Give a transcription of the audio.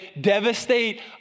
devastate